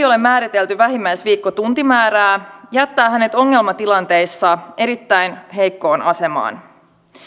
ole määritelty vähimmäisviikkotuntimäärää jättää hänet ongelmatilanteissa erittäin heikkoon asemaan